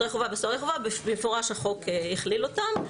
במפורש החוק הכליל אותם.